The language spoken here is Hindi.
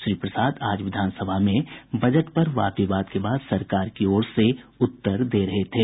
श्री प्रसाद आज विधानसभा में बजट पर वाद विवाद के बाद सरकार की ओर से उत्तर दे रहे थे